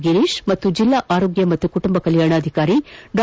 ಗಿರೀಕ್ ಮತ್ತು ಜಿಲ್ಲಾ ಆರೋಗ್ಯ ಮತ್ತು ಕುಟುಂಬ ಕಲ್ಕಾಣಾಧಿಕಾರಿ ಡಾ